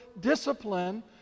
discipline